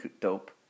dope